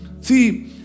See